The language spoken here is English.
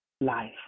life